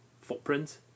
footprint